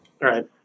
Right